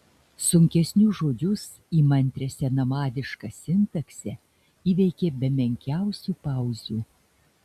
sunkesnius žodžius įmantrią senamadišką sintaksę įveikė be menkiausių pauzių